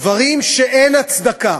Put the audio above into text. דברים שאין הצדקה